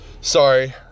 sorry